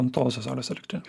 nutolusią saulės elektrinę